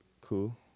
cool